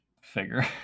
figure